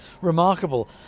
remarkable